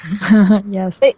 Yes